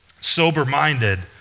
sober-minded